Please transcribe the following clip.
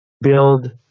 build